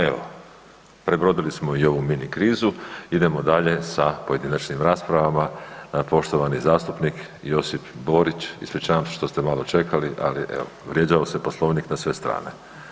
Evo prebrodili smo i ovu mini krizu, idemo dalje sa pojedinačnim raspravama, poštovani zastupnik Josip Borić, ispričavam se što ste malo čekali, ali evo vrijeđao se Poslovnik na sve strane.